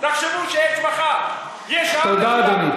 תחשבו שיש, תודה, אדוני.